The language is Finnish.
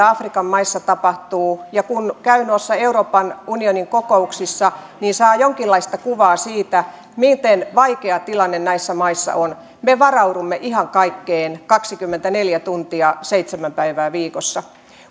afrikan maissa tapahtuu ja kun käy euroopan unionin kokouksissa niin saa jonkinlaista kuvaa siitä miten vaikea tilanne näissä maissa on me varaudumme ihan kaikkeen kaksikymmentäneljä tuntia vuorokaudessa seitsemän päivää viikossa